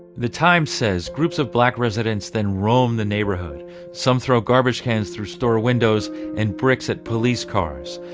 the times says groups of black residents then roam the neighborhood some throw garbage cans through store windows and bricks at police cars.